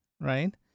right